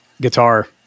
guitar